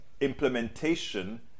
implementation